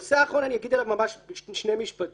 הנושא האחרון, אני אגיד עליו שני משפטים.